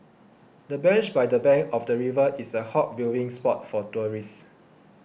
the bench by the bank of the river is a hot viewing spot for tourists